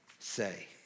Say